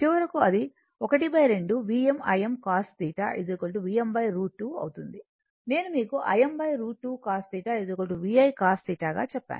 చివరకు అది ½ Vm Im cos θ Vm √ 2 అవుతోంది నేను మీకు Im √ 2 cos θ V I cos θ గా చెప్పాను